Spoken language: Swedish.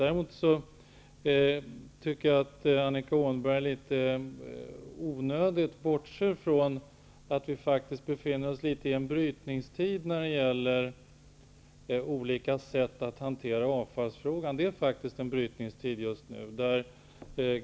Däremot tycker jag att det är litet onödigt att Annika Åhnberg bortser från att vi faktiskt befinner oss litet i en brytningstid när det gäller olika sätt att hantera avfallsfrågan.